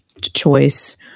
choice